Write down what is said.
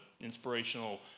inspirational